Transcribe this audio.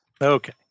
Okay